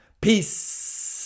Peace